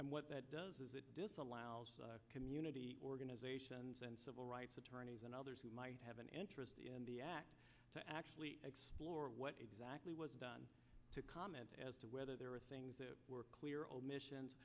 and what that does is it disallows community organizations and civil rights attorneys and others who might have an interest to actually explore what exactly was done to comment as to whether there were things that were clear omissions